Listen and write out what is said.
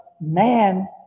man